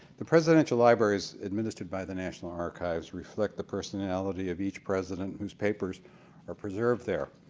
the presidential libraries, administered by the national archives, reflect the personality of each president whose papers are preserved there.